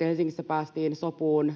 Helsingissä päästiin sopuun